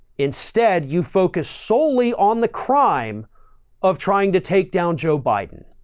instead, you focus solely on the crime of trying to take down joe biden